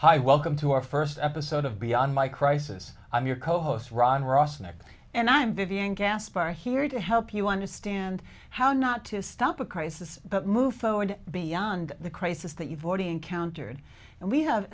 hi welcome to our first episode of beyond my crisis i'm your co host ron ross next and i'm vivian caspar here to help you understand how not to stop a crisis but move forward beyond the crisis that you've already encountered and we have